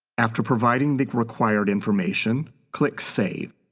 after providing the required information, click save.